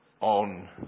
on